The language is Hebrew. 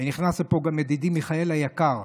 נכנס לפה גם ידידי מיכאל היקר.